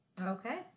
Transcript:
Okay